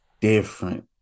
different